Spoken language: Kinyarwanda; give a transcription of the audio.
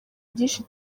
byinshi